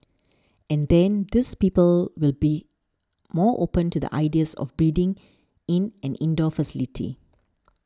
and then these people will be more open to the ideas of breeding in an indoor facility